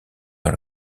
dans